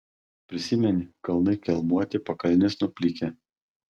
prisimeni kalnai kelmuoti pakalnės nuplikę